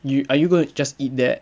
you are you gonna just eat that